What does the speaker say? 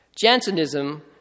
Jansenism